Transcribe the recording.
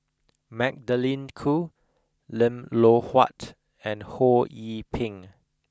Magdalene Khoo Lim Loh Huat and Ho Yee Ping